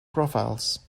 profiles